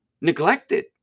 neglected